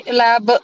lab